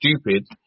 stupid